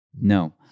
no